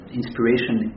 inspiration